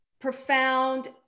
profound